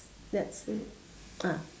that thing ah